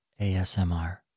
ASMR